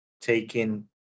taking